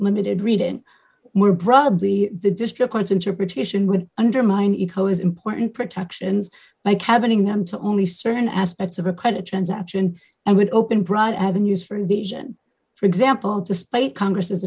limited reading more broadly the district court's interpretation with undermine eco's important protections like having them to only certain aspects of a credit transaction and would open broad avenues for invasion for example despite congress